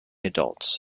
adults